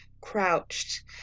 crouched